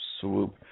swoop